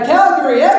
Calgary